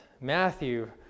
Matthew